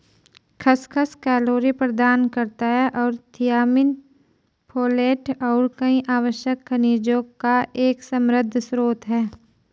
खसखस कैलोरी प्रदान करता है और थियामिन, फोलेट और कई आवश्यक खनिजों का एक समृद्ध स्रोत है